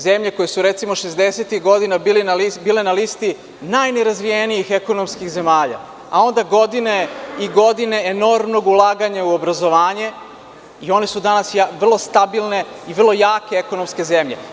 Zemlje koje su recimo šezdesetih godina bile na listi najrazvijenijih ekonomskih zemalja, a onda godine i godine enormnog ulaganja u obrazovanje i one su danas vrlo stabilne i vrlo jake ekonomske zemlje.